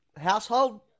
household